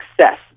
success